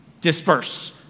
Disperse